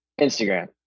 Instagram